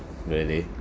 really